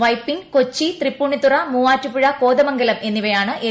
വൈപ്പിൻ കൊച്ചി തൃപ്പൂണിത്തുറ മൂവാറ്റുപുഴ കോതമംഗലം എന്നിവയാണ് എൽ